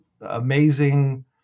amazing